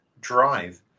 drive